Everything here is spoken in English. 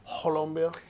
Colombia